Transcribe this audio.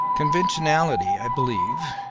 conventionality, i believe,